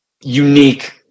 unique